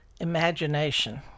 imagination